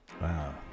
Wow